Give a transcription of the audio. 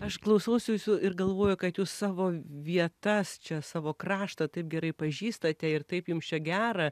aš klausausi jūsų ir galvoju kad jūs savo vietas čia savo kraštą taip gerai pažįstate ir taip jums čia gera